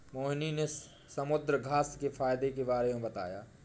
मोहिनी ने समुद्रघास्य के फ़ायदे के बारे में बताया